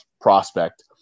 prospect